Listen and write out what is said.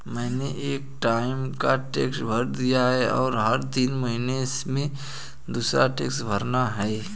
मैंने एक टाइम का टैक्स भर दिया है, और हर तीन महीने में दूसरे टैक्स भरना है